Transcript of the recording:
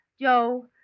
Joe